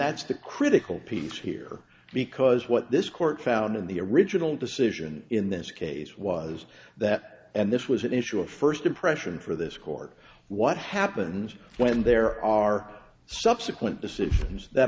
that's the critical piece here because what this court found in the original decision in this case was that and this was an issue of first impression for this court what happens when there are subsequent decisions that